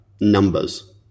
numbers